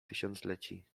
tysiącleci